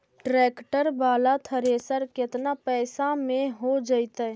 Tractor बाला thresher केतना पैसा में हो जैतै?